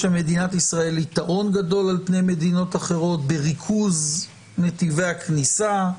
למדינת ישראל יתרון גדול על פני מדינות אחרות בריכוז נתיבי הכניסה.